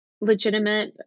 legitimate